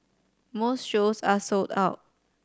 most shows are sold out